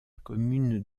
commune